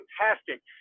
fantastic